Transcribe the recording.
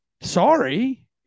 sorry